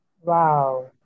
Wow